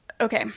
okay